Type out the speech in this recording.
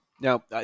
Now